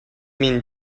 mean